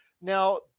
now